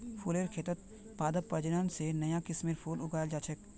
फुलेर खेतत पादप प्रजनन स नया किस्मेर फूल उगाल जा छेक